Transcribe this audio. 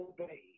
obey